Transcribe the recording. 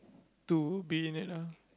to be in it ah